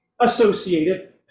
associated